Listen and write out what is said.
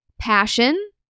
passion